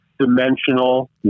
dimensional